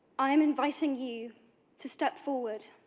i am inviting you to step forward,